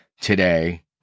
today